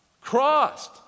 crossed